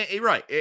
right